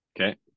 Okay